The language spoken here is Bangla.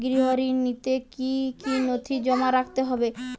গৃহ ঋণ নিতে কি কি নথি জমা রাখতে হবে?